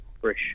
fresh